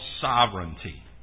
sovereignty